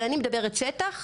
אבל אני מדברת שטח,